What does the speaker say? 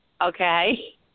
okay